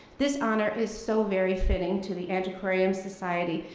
this honor is so very fitting to the antiquarian society,